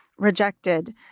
rejected